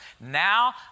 Now